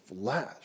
flesh